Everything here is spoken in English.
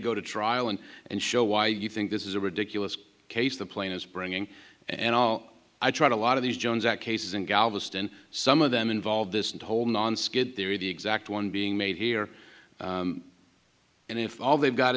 go to trial and and show why you think this is a ridiculous case the plane is bringing and i'll i tried a lot of these jones act cases in galveston some of them involve this whole nonskid there the exact one being made here and if all they've got